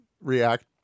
react